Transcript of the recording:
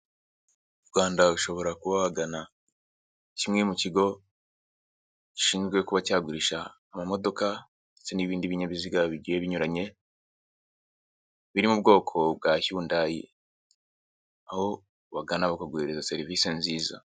Mu Rwanda ushobora kuba wagana kimwe mu kigo gishinzwe kuba cyagurisha amamodoka ndetse n'ibindi binyabiziga bigiye binyuranye biri mu bwoko bwa Yundayi, aho ubagana bakaguhereza serivisi nziza.